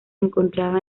encontraba